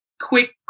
quick